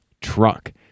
truck